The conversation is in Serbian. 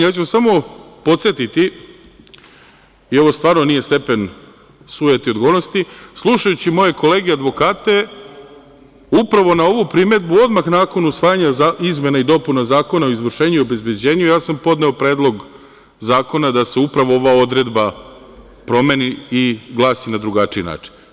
Ja ću samo podsetiti, i ovo stvarno nije stepen sujete i odgovornosti, slušajući moje kolege advokate upravo na ovu primedbu odmah nakon usvajanja izmena i dopuna Zakona o izvršenju i obezbeđenju, ja sam podneo Predlog zakona da se upravo ova odredba promeni i glasi na drugačiji način.